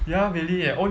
ya really eh only